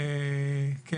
כן.